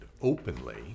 openly